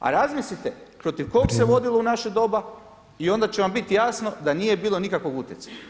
A razmislite protiv kog se vodilo u naše [[Upadica Petrov: Vrijeme.]] doba i onda će vam biti jasno da nije bilo nikakvog utjecaja.